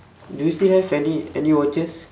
do you still have any any watches